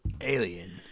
Alien